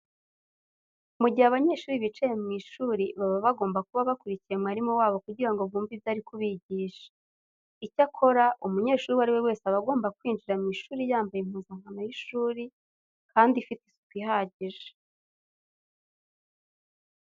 Mu gihe abanyeshuri bicaye mu ishuri baba bagomba kuba bakurikiye mwarimu wabo kugira ngo bumve ibyo ari kubigisha. Icyakora, umunyeshuri uwo ari we wese aba agomba kwinjira mu ishuri yambaye impuzankano y'ishuri kandi ifite isuku ihagije.